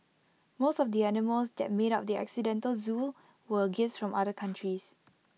most of the animals that made up the accidental Zoo were gifts from other countries